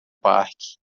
parque